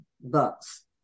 books